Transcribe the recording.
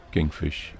Kingfish